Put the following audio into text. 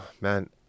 Man